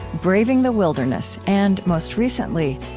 braving the wilderness, and, most recently,